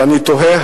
ואני תוהה,